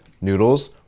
noodles